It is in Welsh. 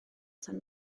tan